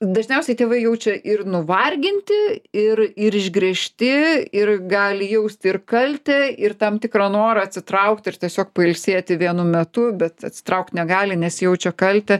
dažniausiai tėvai jaučia ir nuvarginti ir ir išgręžti ir gali jausti ir kaltę ir tam tikrą norą atsitraukti ir tiesiog pailsėti vienu metu bet atsitraukt negali nes jaučia kaltę